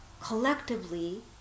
collectively